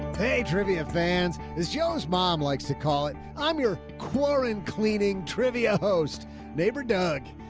hey trivia fans is joe's. mom likes to call it. i'm your quorum? cleaning trivia, host neighbor. doug.